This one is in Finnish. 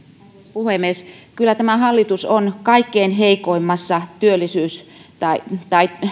puhemies kyllä tämä hallitus on kaikkein heikoimmassa työllisyys tai tai